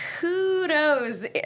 kudos